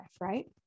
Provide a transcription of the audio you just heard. right